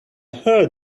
heard